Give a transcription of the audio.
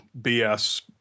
BS